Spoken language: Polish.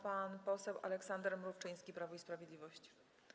Pan poseł Aleksander Mrówczyński, Prawo i Sprawiedliwość.